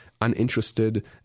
uninterested